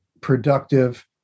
productive